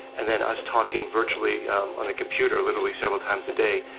and then us talking virtually on the computer literally several times a day,